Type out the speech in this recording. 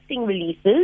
releases